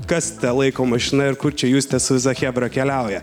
kas ta laiko mašina ir kur čia justė su visa chebra keliauja